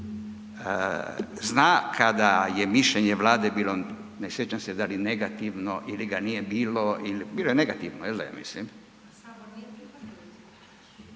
zna kada je mišljenje Vlade bilo, ne sjećam se da li negativno ili ga nije bilo, bilo je negativno, je l' da, ja mislim